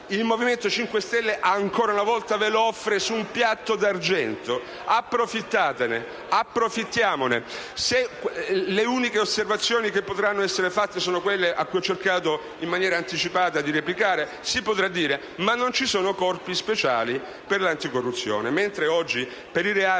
Il Movimento 5 Stelle ancora una volta vi offre un'occasione su un piatto d'argento. Approfittatene; approfittiamone. Le uniche osservazioni che potranno essere fatte saranno quelle alle quali ho cercato in maniera anticipata di replicare: si potrà dire che non ci sono corpi speciali per l'anticorruzione. Mentre oggi per i reati